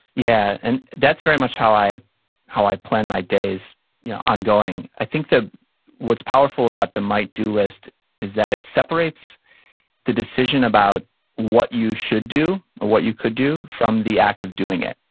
yeah. and that's very much how i how i plan my days yeah ongoing. i think what's powerful about the might-do list is that it separates the decision about what you should do, or what you could do, from the act of doing it.